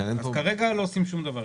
אז כרגע לא עושים שום דבר.